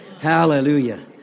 Hallelujah